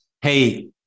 Hey